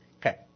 Okay